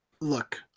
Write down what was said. Look